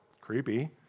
Creepy